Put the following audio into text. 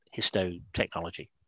histotechnology